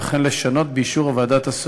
וכן לשנות באישור הוועדה את התוספת.